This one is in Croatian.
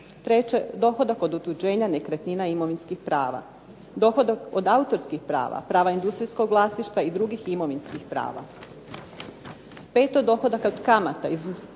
Treće, dohodak od otuđenja nekretnina i imovinskih prava, dohodak od autorskih prava, prava industrijskog vlasništva i drugih imovinskih prava. Peto, dohodak od kamata, izuzimanja